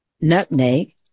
Nutmeg